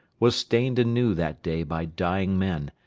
was stained anew that day by dying men,